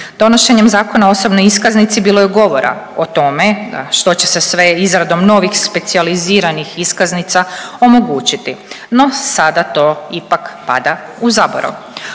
Donošenjem Zakona o osobnoj iskaznici bilo je govora o tome da što će se sve izradom novih specijaliziranih iskaznica omogućiti, no sada to ipak pada u zaborav.